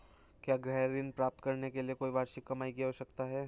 क्या गृह ऋण प्राप्त करने के लिए कोई वार्षिक कमाई की आवश्यकता है?